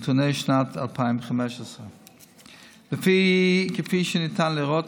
נתוני שנת 2015. כפי שניתן לראות,